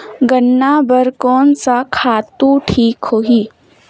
गन्ना बार कोन सा खातु ठीक होही?